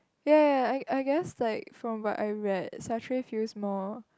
ya ya ya I I guess like from what I read Satray feels more